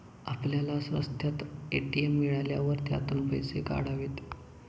आपल्याला रस्त्यात ए.टी.एम मिळाल्यावर त्यातून पैसे काढावेत